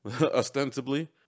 ostensibly